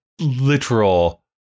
literal